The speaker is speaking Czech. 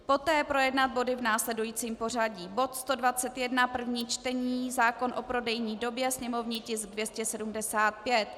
Poté projednat body v následujícím pořadí: Bod 121 první čtení zákon o prodejní době, sněmovní tisk 275.